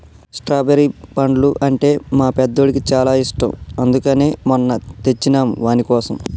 strawberry పండ్లు అంటే మా పెద్దోడికి చాలా ఇష్టం అందుకనే మొన్న తెచ్చినం వానికోసం